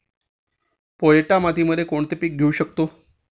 पोयटा मातीमध्ये कोणते पीक घेऊ शकतो?